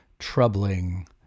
troubling